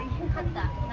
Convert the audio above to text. come back